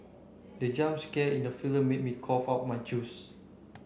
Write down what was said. the jump scare in the film made me cough out my juice